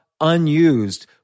unused